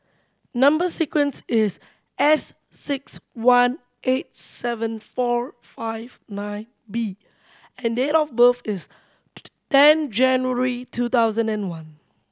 number sequence is S six one eight seven four five nine B and date of birth is ten January two thousand and one